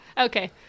Okay